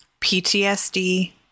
PTSD